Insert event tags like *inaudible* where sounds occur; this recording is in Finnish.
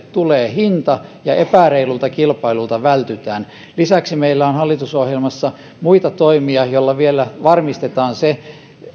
*unintelligible* tulee hinta ja epäreilulta kilpailulta vältytään lisäksi meillä on hallitusohjelmassa muita toimia joilla vielä varmistetaan se